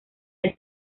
del